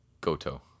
Goto